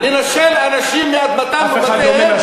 זה הדבר האלים ביותר, לנשל אנשים מאדמתם ובתיהם.